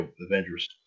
Avengers